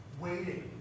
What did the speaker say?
Waiting